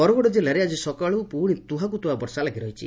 ବରଗଡ଼ ଜିଲ୍ଲାରେ ଆଜି ସକାଳୁ ପୁଶି ତୁହାକୁତୁହା ବର୍ଷା ଲାଗିରହିଛି